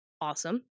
awesome